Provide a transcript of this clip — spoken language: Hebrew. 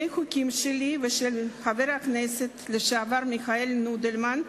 חוקים שלי ושל חבר הכנסת לשעבר מיכאל נודלמן: